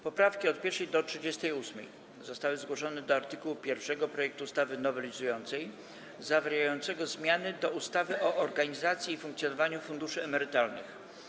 Poprawki od 1. do 38. zostały zgłoszone do art. 1 projektu ustawy nowelizującej zawierającego zmiany do ustawy o organizacji i funkcjonowaniu funduszy emerytalnych.